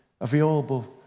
available